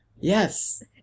Yes